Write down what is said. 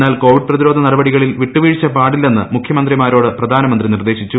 എന്നാൽ കോവിശ്പ്പ്പതിരോധ നടപടികളിൽ വിട്ടുവീഴ്ച പാടില്ലെന്ന് മുഖ്യമന്ത്രിമാരോട് പ്രധാനമന്ത്രി നിർദ്ദേശിച്ചു